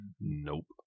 Nope